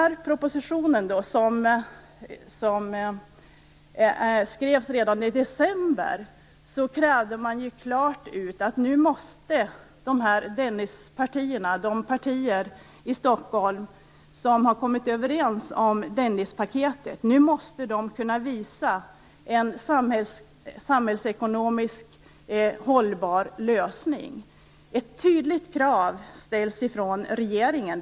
I propositionen, som skrevs redan i december, krävs det av Dennispartierna - de partier i Stockholm som har kommit överens om Dennispaketet - att de kan visa en samhällsekonomiskt hållbar lösning. Ett tydligt krav ställs ifrån regeringen.